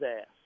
ass